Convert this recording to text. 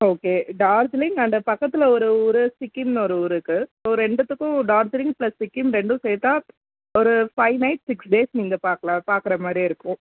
okay Darjeeling and அது பக்கத்தில் ஒரு ஊர் சிக்கிம்ன்னு ஒரு ஊர் இருக்கு ஸோ ரெண்டுத்துக்கும் டார்ஜிலிங் ப்ளஸ் சிக்கிம் ரெண்டும் சேர்த்தா ஒரு ஃபைவ் நைட் சிக்ஸ் டேஸ் நீங்கள் பார்க்கலாம் பார்க்குற மாதிரி இருக்கும்